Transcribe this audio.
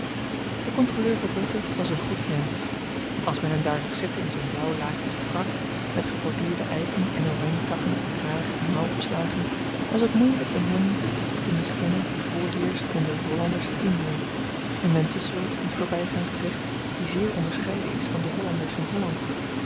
de kontroleur verbrugge was een goed mensch als men hem daar zag zitten in zyn blauw lakenschen frak met geborduurde eiken en oranjetakken op kraag en mouw opslagen was t moeielyk in hem den type te miskennen die voorheerscht onder de hollanders in indie een menschensoort in t voorbygaan gezegd die zeer onderscheiden is van de hollanders in holland